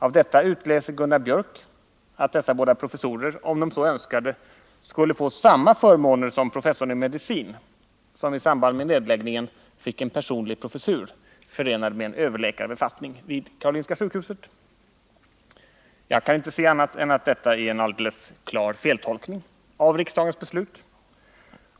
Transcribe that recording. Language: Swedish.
Av detta utläser Gunnar Biörck att dessa båda professorer om de så önskade skulle få samma förmåner som professorn i medicin, som i samband med nedläggningen fick en personlig professur förenad med en överläkarbefattning vid Karolinska sjukhuset. Jag kan inte se annat än att detta är en alldeles klar feltolkning av riksdagens beslut.